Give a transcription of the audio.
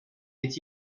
est